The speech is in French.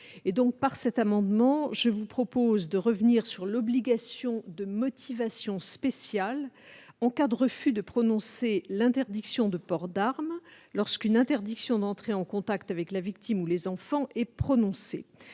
par cet amendement, de revenir sur l'obligation de motivation spéciale en cas de refus de prononcer l'interdiction de port d'arme, lorsqu'une interdiction d'entrer en contact avec la victime ou les enfants est prononcée.